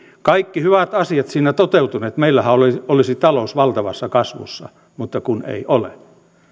kaikki hyvät asiat olisivat siinä toteutuneet meillähän olisi talous valtavassa kasvussa mutta kun ei ole